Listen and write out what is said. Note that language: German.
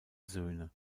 söhne